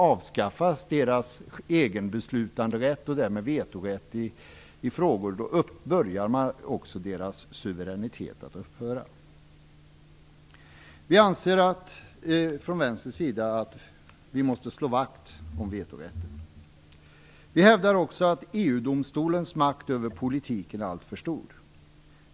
Avskaffas deras egen beslutanderätt och därmed vetorätt i frågor börjar också deras suveränitet att upphöra. Vi anser från Vänsterns sida att vi måste slå vakt om vetorätten. Vi hävdar också att EU-domstolens makt över politiken är alltför stor.